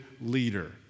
leader